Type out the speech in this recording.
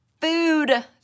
food